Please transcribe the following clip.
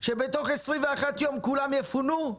שבתוך 21 יום כולם יפונו?